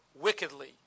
wickedly